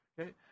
Okay